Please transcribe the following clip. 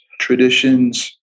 traditions